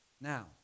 Now